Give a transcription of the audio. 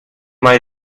might